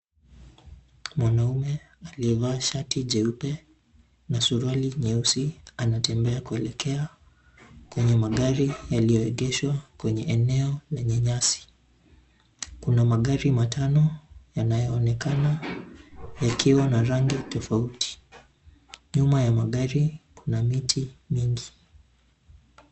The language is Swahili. Mwanaume aliyevaa shati jeupe na suruali nyeusi anatembea kuelekea kwenye magari yaliyoegeshwa kwenye eneo lenye nyasi. Kuna magari matano yanayoonekana yakiwa na rangi tofauti, nyuma ya magari kuna miti mingi.